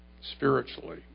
spiritually